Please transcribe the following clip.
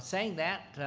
saying that,